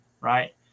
right